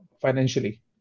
financially